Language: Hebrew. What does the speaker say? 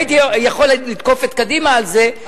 הייתי יכול לתקוף את קדימה על זה,